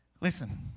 Listen